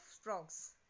frogs